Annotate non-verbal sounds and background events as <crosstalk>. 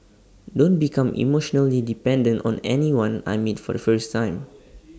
don't become emotionally dependent on anyone I meet for the first time <noise>